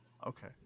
okay